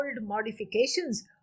modifications